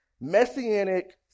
messianic